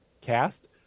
cast